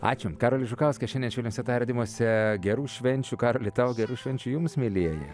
ačiū karolis žukauskas šiandien švelniuose tardymuose gerų švenčių karloli tau gerų švenčių jums mielieji